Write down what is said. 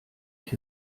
ich